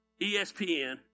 ESPN